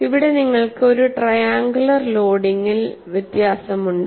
ഇവിടെ നിങ്ങൾക്ക് ഒരു ട്രയാങ്കുലർ ലോഡിംഗിൽ വ്യത്യാസമുണ്ട്